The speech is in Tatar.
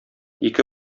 ике